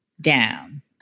down